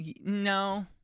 No